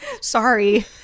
sorry